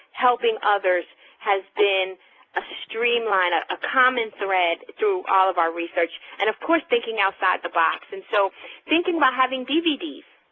helping others has been a streamline, ah a common thread through all of our research. and of course thinking outside the box, and so thinking about having dvds,